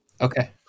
Okay